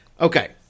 Okay